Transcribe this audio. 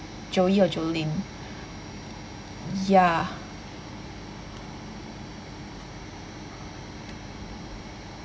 joey or jolin ya